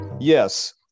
Yes